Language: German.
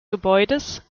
gebäudes